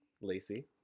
Lacey